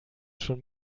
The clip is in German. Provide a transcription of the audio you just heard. schon